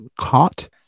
caught